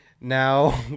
now